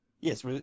Yes